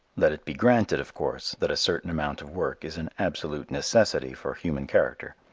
let it be granted, of course, that a certain amount of work is an absolute necessity for human character.